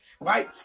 right